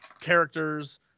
characters